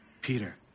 Peter